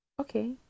Okay